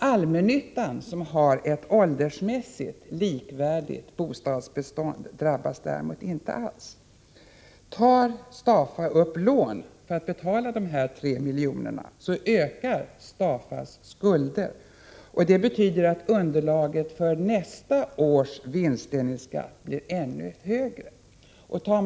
Allmännyttan som har ett åldersmässigt likvärdigt bostadsbestånd drabbas däremot inte alls. Om Stafa tar upp lån för att betala de 3 miljonerna, ökar Stafas skulder. Det betyder att underlaget för nästa års vinstdelningsskatt kommer att ligga ännu högre.